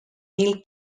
mil